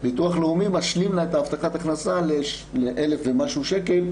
ביטוח לאומי משלים לה להבטחת הכנסה לאלף ומשהו שקל,